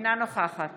אינה נוכחת